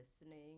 listening